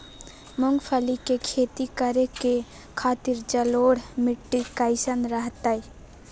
मूंगफली के खेती करें के खातिर जलोढ़ मिट्टी कईसन रहतय?